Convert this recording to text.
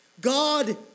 God